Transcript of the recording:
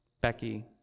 Becky